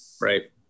Right